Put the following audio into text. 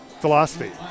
philosophy